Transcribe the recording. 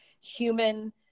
human